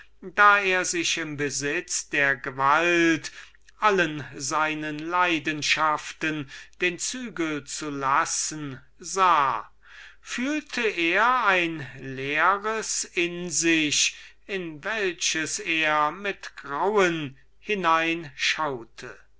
da er sich im besitz der gewalt allen seinen leidenschaften den zügel zu lassen sah fühlte er ein leeres in sich in welches er mit grauen